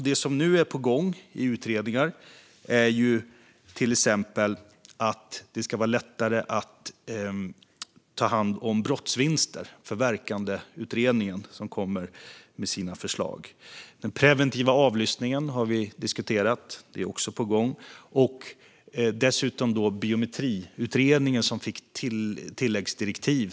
Det ska till exempel vara lättare att ta hand om brottsvinster. Det är på gång i Förverkandeutredningen, som kommer med sina förslag. Den preventiva avlyssningen har vi diskuterat. Det är också på gång. Dessutom har vi Biometriutredningen, som nyligen fick tilläggsdirektiv.